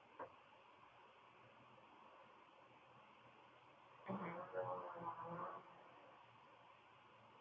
mmhmm